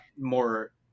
more